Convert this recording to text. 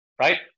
right